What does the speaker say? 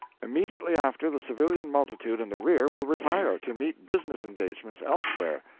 immediately after, the civilian multitude in the rear will retire, to meet business engagements elsewhere.